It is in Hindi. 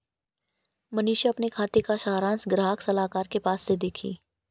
मनीषा अपने खाते का सारांश ग्राहक सलाहकार के पास से देखी